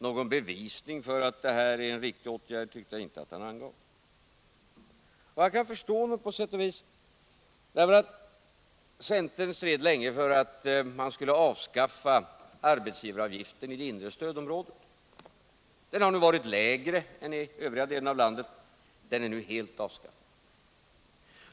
Någon bevisning för att detta var en riktig åtgärd kunde jag inte finna att han presterade. Jag kan på sätt och vis förstå honom. Centern stred länge för att man skulle avskaffa arbetsgivaravgiften i det inre stödområdet. Den var där tidigare lägre än i övriga delar av landet och är nu helt avskaffad.